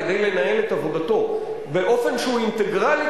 כדי לנהל את עבודתו באופן שהוא אינטגרלי,